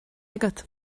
agat